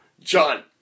John